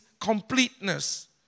completeness